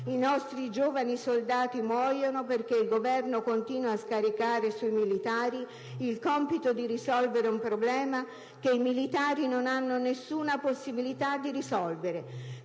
I nostri giovani soldati muoiono, perché il Governo continua a scaricare sui militari il compito di risolvere un problema che i militari non hanno nessuna possibilità di risolvere.